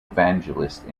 evangelist